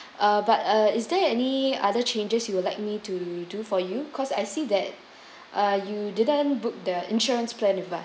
uh but uh is there any other changes you would like me to do for you cause I see that uh you didn't book the insurance plan with us